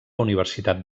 universitat